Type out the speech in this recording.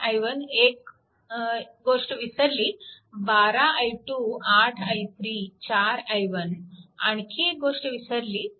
4 i1 एक गोष्ट विसरली 12 i2 8 i3 4 i1 आणखी एक गोष्ट विसरली